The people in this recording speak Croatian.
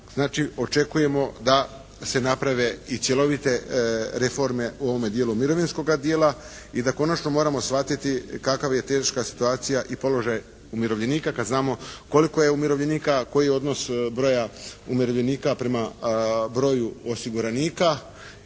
znači očekujemo da se naprave i cjelovite reforme u ovome dijelu mirovinskoga dijela i da konačno moramo shvatiti kakva je teška situacija i položaj umirovljenika kad znamo koliko je umirovljenika, koji odnos broja umirovljenika prema broju osiguranika